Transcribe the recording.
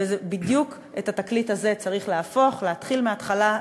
ובדיוק את התקליט הזה צריך להפוך: להתחיל מההתחלה,